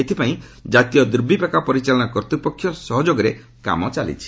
ଏଥିପାଇଁ ଜାତୀୟ ଦୁର୍ବିପାକ ପରିଚାଳନା କର୍ତ୍ତ୍ୱପକ୍ଷ ସହଯୋଗରେ କାମ ଚାଲିଛି